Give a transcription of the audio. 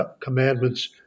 commandments